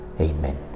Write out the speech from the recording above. Amen